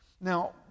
Now